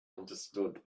understood